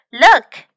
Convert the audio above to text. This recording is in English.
Look